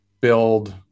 build